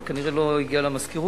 אבל כנראה זה לא הגיע למזכירות.